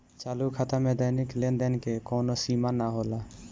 चालू खाता में दैनिक लेनदेन के कवनो सीमा ना होला